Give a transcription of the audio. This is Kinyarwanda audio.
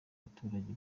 baturage